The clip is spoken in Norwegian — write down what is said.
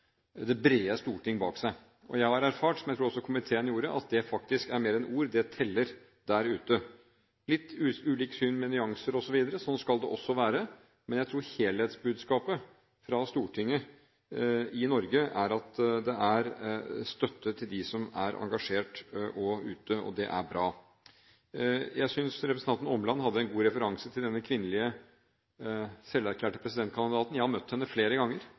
brede storting bak seg. Jeg har erfart, som jeg også tror komiteen gjorde, at det faktisk er mer enn ord – det teller der ute! Det er litt ulikt syn, med nyanser osv., og sånn skal det også være, men jeg tror helhetsbudskapet fra Stortinget i Norge er at det er støtte til dem som er engasjert ute, og det er bra. Jeg synes representanten Åmland hadde en god referanse til denne kvinnelige, selverklærte presidentkandidaten. Jeg har møtt henne flere ganger.